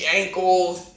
ankles